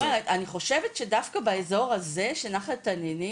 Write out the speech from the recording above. אז אני אומרת שאני חושבת שדווקא באזור הזה של נחל תנינים,